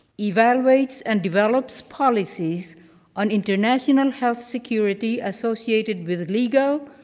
evaluates, and develops policies on international health security associated with legal,